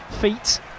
feet